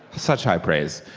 such high praise.